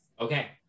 okay